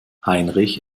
heinrich